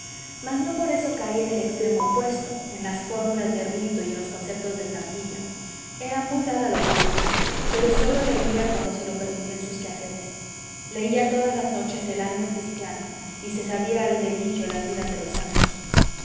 mas no por eso caía en el extremo opuesto en las fórmulas de rito y en los conceptos de estampilla era muy dada a los libros pero sólo leía cuando se lo permitían sus quehaceres leía todas las noches el año cristiano y se sabía al dedillo las vidas de los santos